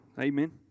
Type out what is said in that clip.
amen